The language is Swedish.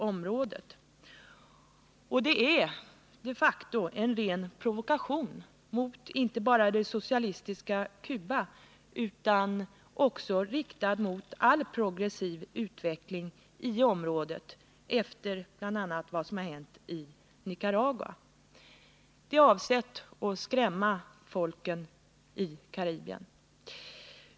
Och det är de facto en ren provokation riktad inte bara mot det socialistiska Cuba utan också mot all progressiv utveckling i området, bl.a. efter vad som hänt i Nicaragua. Avsikten är att skrämma folken i Karibien.